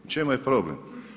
U čemu je problem?